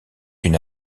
une